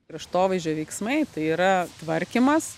kraštovaizdžio veiksmai tai yra tvarkymas